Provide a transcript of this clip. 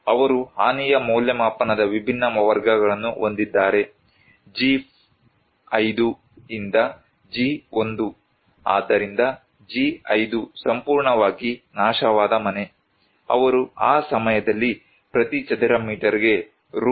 ಅವರು ಹಾನಿಯ ಮೌಲ್ಯಮಾಪನದ ವಿಭಿನ್ನ ವರ್ಗಗಳನ್ನು ಹೊಂದಿದ್ದಾರೆ G5 ಯಿಂದ G1 ಆದ್ದರಿಂದ G5 ಸಂಪೂರ್ಣವಾಗಿ ನಾಶವಾದ ಮನೆ ಅವರು ಆ ಸಮಯದಲ್ಲಿ ಪ್ರತಿ ಚದರ ಮೀಟರ್ಗೆ ರೂ